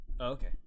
Okay